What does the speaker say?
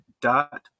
dot